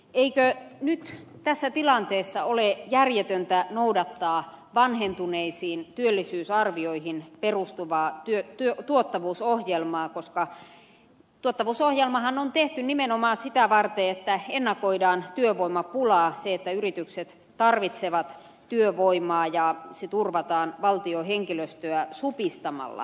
eikö nyt tässä tilanteessa ole järjetöntä noudattaa vanhentuneisiin työllisyysarvioihin perustuvaa tuottavuusohjelmaa koska tuottavuusohjelmahan on tehty nimenomaan sitä varten että ennakoidaan työvoimapulaa yritykset tarvitsevat työvoimaa ja se turvataan valtion henkilöstöä supistamalla